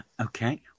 Okay